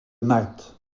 malte